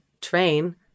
train